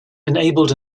enabled